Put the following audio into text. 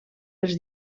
pels